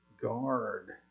guard